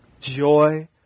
joy